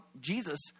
Jesus